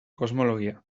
kosmologia